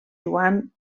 joan